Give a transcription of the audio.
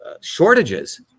shortages